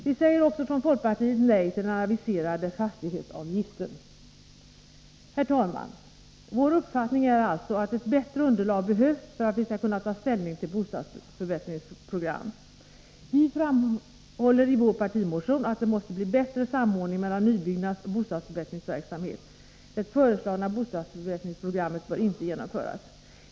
Vi säger också från folkpartiet nej till den aviserade fastighetsavgiften. Herr talman! Vår uppfattning är alltså att ett bättre underlag behövs för att vi skall kunna ta ställning till ett bostadsförbättringsprogram. Vi framhåller i vår partimotion att det måste bli bättre samordning mellan nybyggnadsoch bostadsförbättringsverksamhet. Det föreslagna bostadsförbättringsprogrammet bör inte genomföras.